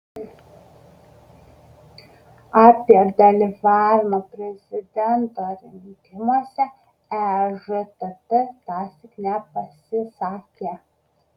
apie dalyvavimą prezidento rinkimuose ežtt tąsyk nepasisakė